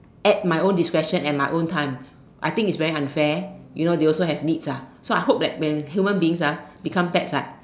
at my own discretion at my own time I think it's very unfair you know they also have needs ah so I hope that when human beings ah become pets right